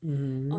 mmhmm